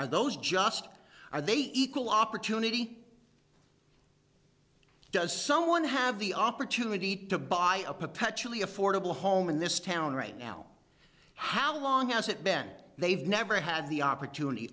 are those just are they equal opportunity does someone have the opportunity to buy a perpetually affordable home in this town right now how long has it been they've never had the opportunity